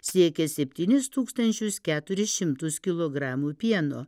siekia septynis tūkstančius keturis šimtus kilogramų pieno